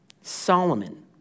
Solomon